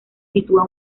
sitúa